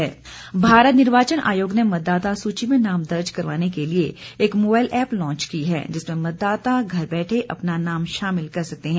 mobile app Bharat निर्वाचन आयोग ने मतदाता सूची में नाम दर्ज करवाने के लिए एक मोबाईल एप्प लॉच की है जिसमें मतदाता घर बैठे अपना नाम शामिल कर सकते हैं